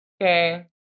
Okay